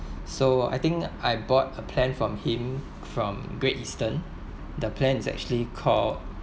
so I think I bought a plan from him from Great Eastern the plan is actually called